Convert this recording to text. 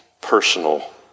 personal